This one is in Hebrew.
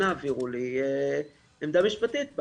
אנא העבירו לי עמדה משפטית,